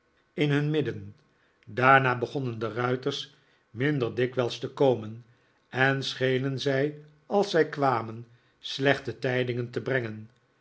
in hun midden daarna begonnen de ruiters minder dikwijls te komen en schenen zij als zij kwamen slechte tij dingen te brengen